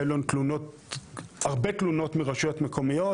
היו הרבה תלונות מרשויות מקומיות.